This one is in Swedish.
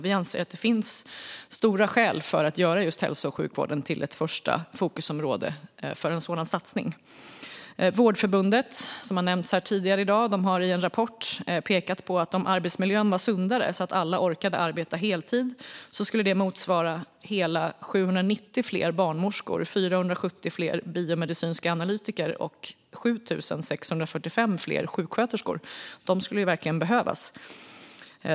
Vi anser att det finns starka skäl för att göra just hälso och sjukvården till ett första fokusområde för en sådan satsning. Vårdförbundet, som har nämnts här tidigare i dag, har i en rapport pekat på att om arbetsmiljön var sundare så att alla orkade arbeta heltid skulle det motsvara hela 790 fler barnmorskor, 470 fler biomedicinska analytiker och 7 645 fler sjuksköterskor. Dessa skulle verkligen behövas.